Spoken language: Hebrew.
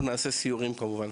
אנחנו נעשה סיורים כמובן.